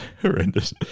Horrendous